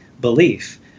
belief